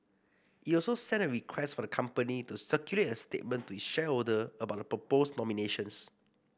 it also sent a request for the company to circulate a statement to its shareholder about the proposed nominations